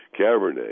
Cabernet